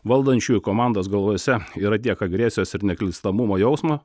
valdančiųjų komandos galvose yra tiek agresijos ir neklystamumo jausmo